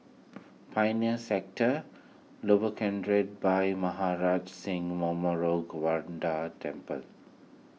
Pioneer Sector Lower Kent Ridge Bhai Maharaj Singh Memorial Gurdwara Temple